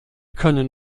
können